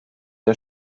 der